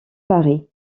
paris